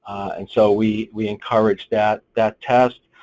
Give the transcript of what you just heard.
and so we we encourage that that test,